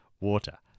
Water